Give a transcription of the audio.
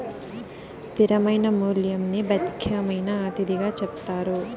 స్థిరమైన మూల్యంని భౌతికమైన అతిథిగా చెప్తారు